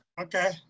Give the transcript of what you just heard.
Okay